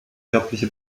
körperliche